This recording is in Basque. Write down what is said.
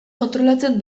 kontrolatzen